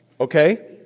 Okay